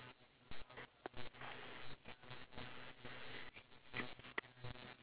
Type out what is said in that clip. and then after that I'm going to post day one so that I got uh space for day two